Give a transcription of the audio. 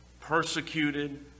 persecuted